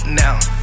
now